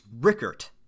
Rickert